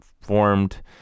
formed